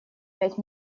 пять